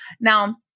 Now